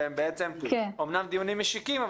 והם בעצם אומנם דיונים משיקים,